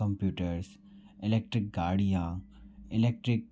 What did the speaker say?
computers electric गाड़ियाँ electric